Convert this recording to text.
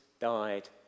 died